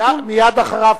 מאה אחוז.